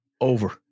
over